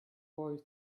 boy